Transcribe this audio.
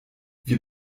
wir